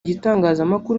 gitangazamakuru